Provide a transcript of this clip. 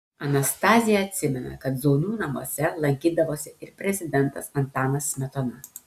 anastazija atsimena kad zaunių namuose lankydavosi ir prezidentas antanas smetona